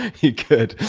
you could.